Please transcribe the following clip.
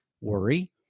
worry